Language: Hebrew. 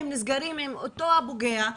הם נסגרים עם אותו הפוגע,